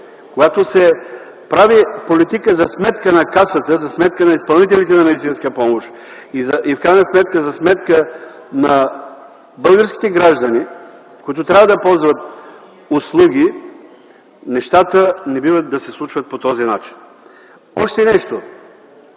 когато се прави политика за сметка на Касата, за сметка на изпълнителите на медицинска помощ и в крайна сметка за сметка на българските граждани, които трябва да ползват услуги, нещата не бива да се случват по този начин. Още нещо,